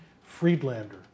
Friedlander